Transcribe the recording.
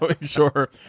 sure